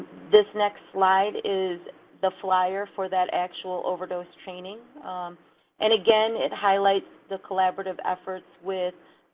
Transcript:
this next slide is the flyer for that actual overdose training and, again, it highlights the collaborative efforts with